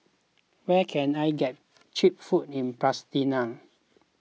where can I get Cheap Food in Pristina